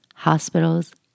Hospitals